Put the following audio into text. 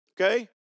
Okay